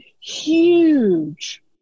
Huge